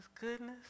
goodness